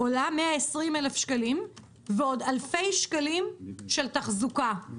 עולה 120 אלף שקלים ועוד אלפי שקלים של תחזוקה כל